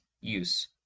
use